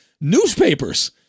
newspapers